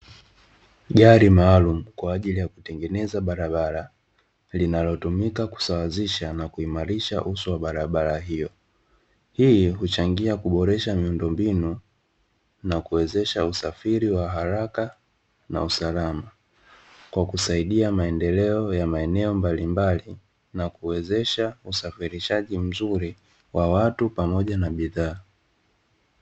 Gari maalumu kwa ajili ya kutengeneza barabara, linalotumika kusawazisha na kuhimarisha uso wa barabara hiyo. Hii huchangia kuboresha miundombinu na kuwezesha usafiri wa haraka na usalama kwa kusaidia maendeleo ya maeneo mbalimbali na kuwezesha usafirishaji mzuri wa watu pamoja na bidhaa.